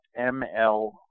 ML